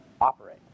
operate